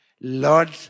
Lord